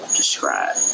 describe